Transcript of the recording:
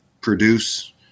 produce